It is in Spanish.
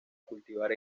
cultivar